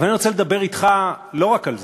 אבל אני רוצה לדבר אתך לא רק על זה.